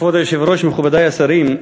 כבוד היושב-ראש, מכובדי השרים,